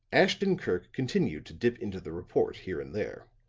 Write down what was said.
ashton-kirk continued to dip into the report here and there.